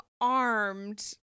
armed